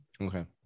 okay